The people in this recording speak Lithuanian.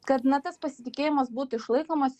kad na tas pasitikėjimas būtų išlaikomas